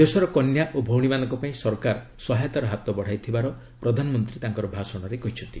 ଦେଶର କନ୍ୟା ଓ ଭଉଣୀମାନଙ୍କ ପାଇଁ ସରକାର ସହାୟତାର ହାତ ବଢ଼ାଇଥିବାର ପ୍ରଧାନମନ୍ତ୍ରୀ ତାଙ୍କ ଭାଷଣରେ କହିଛନ୍ତି